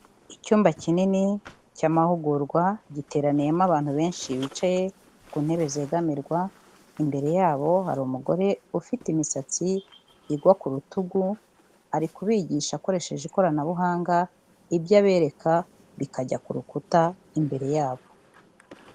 Icyumba kinini cy'amahugurwa, giteraniyemo abantu benshi bicaye ku ntebe zegamirwa, imbere yabo hari umugore ufite imisatsi igwa ku rutugu, ari kubigisha akoresheje ikoranabuhanga, ibyo abereka bikajya ku rukuta imbere yabo.